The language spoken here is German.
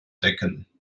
decken